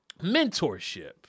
mentorship